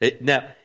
Now